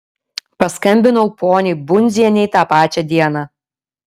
paskambinau poniai bundzienei tą pačią dieną